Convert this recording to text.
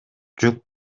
жүк